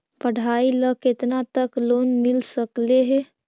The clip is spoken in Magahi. पढाई ल केतना तक लोन मिल सकले हे?